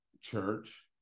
church